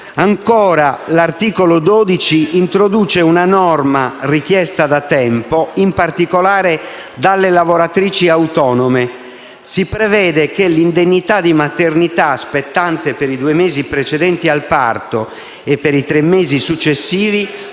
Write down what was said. Ancora, l'articolo 12, introduce una norma richiesta da tempo, in particolare delle lavoratrici autonome: si prevede che l'indennità di maternità spettante per i due mesi precedenti al parto e per i tre mesi successivi,